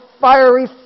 fiery